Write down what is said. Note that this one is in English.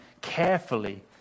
carefully